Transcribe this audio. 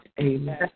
Amen